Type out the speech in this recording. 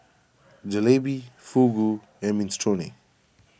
Jalebi Fugu and Minestrone